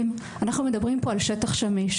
אנחנו מדברים כאן על שטח שמיש.